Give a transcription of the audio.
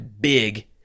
big